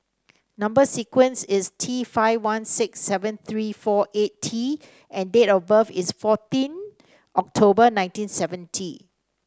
number sequence is T five one six seven three four eight T and date of birth is fourteen October nineteen seventy